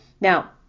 Now